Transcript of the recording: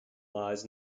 lies